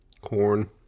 Corn